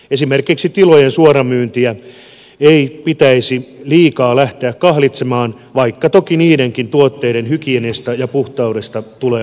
esimerkiksi tilojen suoramyyntiä ei pitäisi liikaa lähteä kahlitsemaan vaikka toki niidenkin tuotteiden hygieniasta ja puhtaudesta tulee varmistua